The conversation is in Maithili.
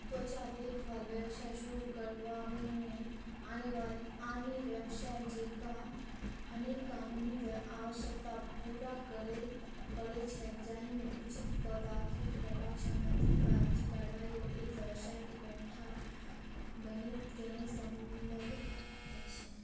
त्वचा देख भाल व्यवसाय शुरू करबामे आनेवाले आने व्यवसाय जँका अनेक कानूनी व्या आवश्यकता पूरा करय पड़ैत छैक जाहिमे उचित कर दाखिल करबा सम्बन्धी कागजी कार्रवाई ओ एक व्यावसायिक ईकाइ गठित कयनाइ सम्मिलित अछि